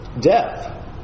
Death